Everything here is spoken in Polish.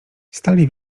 stali